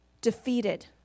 defeated